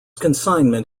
consignment